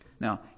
Now